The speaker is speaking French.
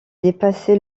dépassé